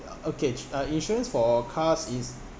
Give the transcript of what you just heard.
uh okays uh insurance for cars is